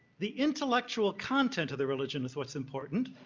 the intellectual content of the religion is what's important.